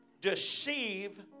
deceive